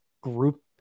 group